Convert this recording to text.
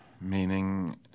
Meaning